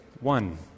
One